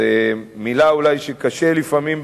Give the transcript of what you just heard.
זאת מלה שאולי קשה לפעמים,